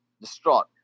distraught